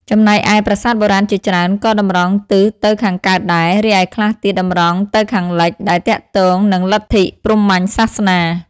ចំណែកឯ ប្រាសាទបុរាណជាច្រើនក៏តម្រង់ទិសទៅខាងកើតដែរ រីឯខ្លះទៀតតម្រង់ទៅខាងលិច ដែលទាក់ទង នឹងលទ្ធិព្រហ្មញ្ញសាសនា។